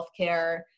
healthcare